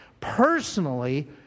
Personally